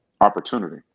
opportunity